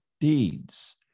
deeds